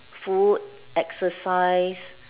food exercise